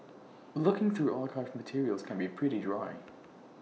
looking through archived materials can be pretty dry